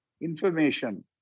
information